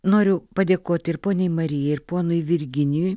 noriu padėkoti ir poniai marijai ir ponui virginijui